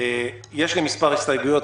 יש לי מספר הסתייגויות,